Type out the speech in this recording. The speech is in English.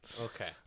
Okay